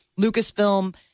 Lucasfilm